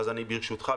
ברשותך,